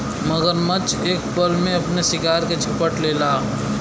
मगरमच्छ एक पल में अपने शिकार के झपट लेला